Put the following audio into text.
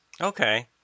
Okay